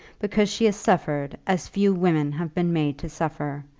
because she has suffered as few women have been made to suffer,